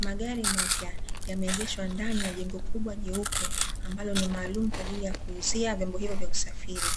Magari mapya yameegeshwa ndani ya jengo kubwa jeupe ambalo ni maalumu kwa ajili ya kuuzia vyombo hivyo vya usafiri.